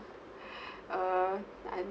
err I'm